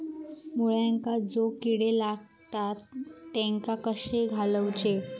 मुळ्यांका जो किडे लागतात तेनका कशे घालवचे?